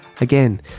again